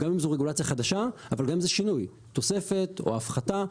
גם אם זו רגולציה חדשה אבל גם אם זה שינוי תוספת או הפחתה.